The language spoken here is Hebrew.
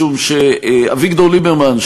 משום שאביגדור ליברמן,